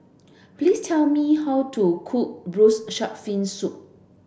please tell me how to cook braised shark fin soup